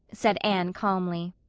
said anne calmly.